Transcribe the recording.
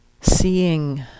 seeing